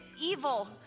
evil